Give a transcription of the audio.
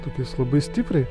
tokias labai stipriai